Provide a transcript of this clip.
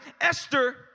Esther